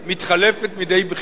מתחלפת מדי בחירות.